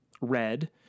red